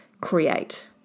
create